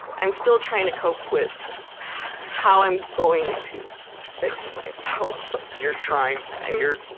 i'm still trying to cope with how i'm going to fix myself. you're trying and you're,